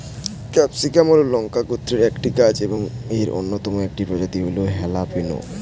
capsicum হল লঙ্কা গোত্রের একটি গাছ এবং এর অন্যতম একটি প্রজাতি হল হ্যালাপিনো